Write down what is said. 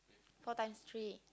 four times three